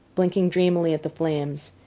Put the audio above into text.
blinking dreamily at the flames,